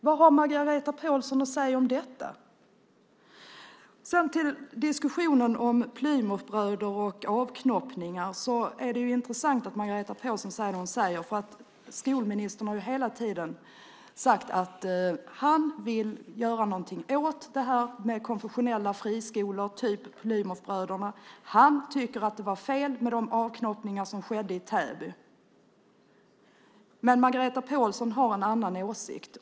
Vad har Margareta Pålsson att säga om detta? Angående diskussionen om Plymouthbröder och avknoppningar är det intressant att Margareta Pålsson säger det hon säger. Skolministern har hela tiden sagt att han vill göra något åt det här med konfessionella friskolor, som Plymouthbröderna. Han tycker att det var fel med de avknoppningar som skedde i Täby. Men Margareta Pålsson har en annan åsikt.